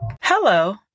Hello